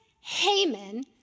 Haman